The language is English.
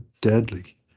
deadly